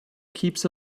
keeps